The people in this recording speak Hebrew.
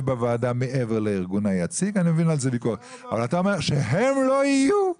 בוועדה מעבר לארגון היציג אבל אתה אומר שהם לא יהיו?